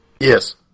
Yes